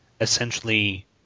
essentially